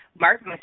Mark